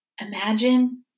Imagine